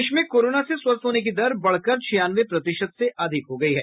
देश में कोरोना से स्वस्थ होने की दर बढकर छियानवे प्रतिशत से अधिक हो गई है